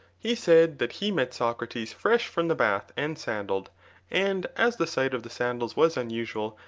he said that he met socrates fresh from the bath and sandalled and as the sight of the sandals was unusual,